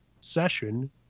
session